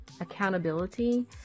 accountability